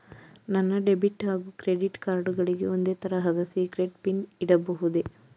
ನನ್ನ ಡೆಬಿಟ್ ಹಾಗೂ credit card ಗಳಿಗೆ ಒಂದೇ ತರಹದ ಸೀಕ್ರೇಟ್ ಪಿನ್ ಇಡಬಹುದೇ?